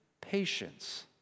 patience